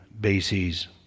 bases